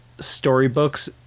storybooks